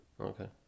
Okay